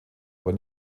aber